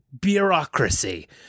bureaucracy